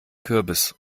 kürbis